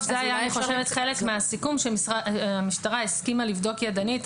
זה היה חלק מהסיכום, שהמשטרה הסכימה לבדוק ידנית.